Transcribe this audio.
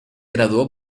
graduó